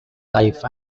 life